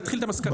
להתחיל במסקנה.